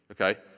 okay